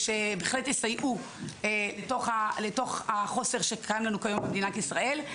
שבהחלט יסייעו בחוסר שקיים לנו כיום במדינת ישראל.